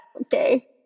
okay